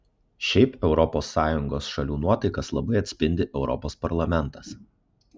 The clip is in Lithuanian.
šiaip europos sąjungos šalių nuotaikas labai atspindi europos parlamentas